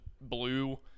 blue